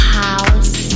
house